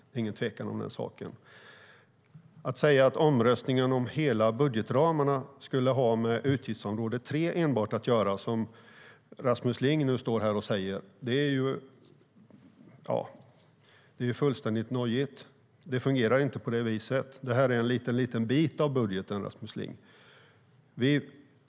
Det är ingen tvekan om den saken. Att säga att omröstningen om budgetramarna skulle ha att göra enbart med utgiftsområde 3, som Rasmus Ling nu står här och gör, är fullständigt nojigt. Det fungerar inte på det viset. Det här är en liten bit av budgeten, Rasmus Ling.